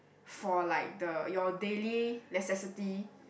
for like the your daily necessity